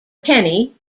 kenny